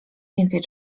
więcej